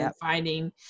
finding